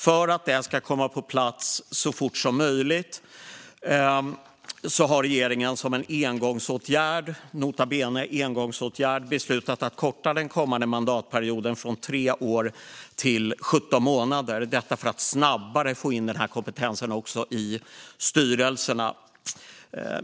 För att detta ska komma på plats så fort som möjligt har regeringen som en engångsåtgärd - nota bene: engångsåtgärd - beslutat att korta den kommande mandatperioden från tre år till 17 månader, detta för att snabbare få in den här kompetensen i styrelserna.